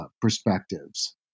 perspectives